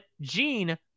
Gene